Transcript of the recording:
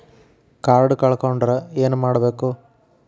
Card ಕಳ್ಕೊಂಡ್ರ ಏನ್ ಮಾಡಬೇಕು?